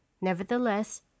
Nevertheless